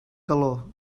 calor